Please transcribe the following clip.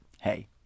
hey